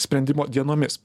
sprendimo dienomis